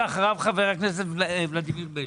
ואחריו חבר הכנסת ולדימיר בליאק.